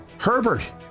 Herbert